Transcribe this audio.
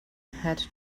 had